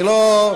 אני לא,